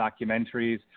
documentaries